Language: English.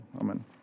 Amen